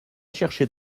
chercher